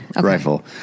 Rifle